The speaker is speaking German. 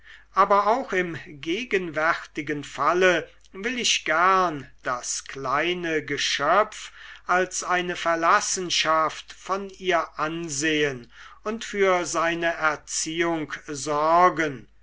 aber auch im gegenwärtigen falle will ich gern das kleine geschöpf als eine verlassenschaft von ihr ansehen und für seine erziehung sorgen